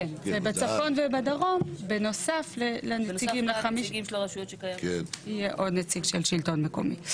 ובצפון ובדרום בנוסף לנציגים יהיה עוד נציג של שלטון מקומי.